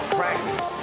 practice